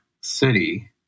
City